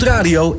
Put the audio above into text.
Radio